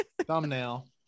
Thumbnail